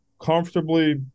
comfortably